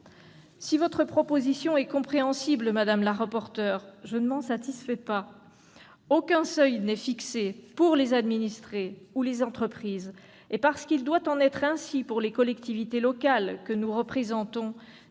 Si votre proposition est compréhensible, madame la rapporteur, je ne m'en satisfais pas. Aucun seuil n'est fixé pour les administrés ou les entreprises. Aussi, parce qu'il doit en être ainsi pour les collectivités locales que nous représentons,